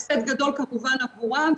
הפסד גדול כמובן עבורם,